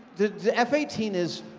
the f eighteen is,